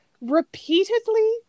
repeatedly